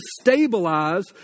stabilize